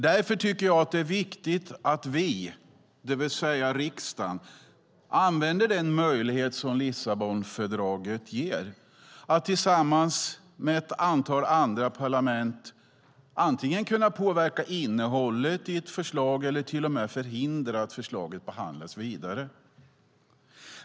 Därför tycker jag att det är viktigt att vi, det vill säga riksdagen, använder den möjlighet som Lissabonfördraget ger att tillsammans med ett antal andra parlament antingen påverka innehållet i ett förslag eller till och med förhindra att förslaget behandlas vidare.